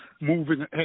moving